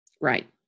Right